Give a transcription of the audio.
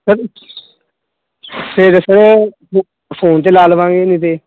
sir ਫਿਰ sir ਫ phone 'ਤੇ ਲਾ ਲਵਾਂਗੇ ਨਹੀਂ ਤਾਂ